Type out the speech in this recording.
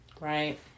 Right